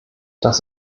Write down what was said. das